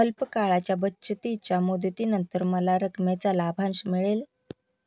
अल्प काळाच्या बचतीच्या मुदतीनंतर मला किती रकमेचा लाभांश मिळेल?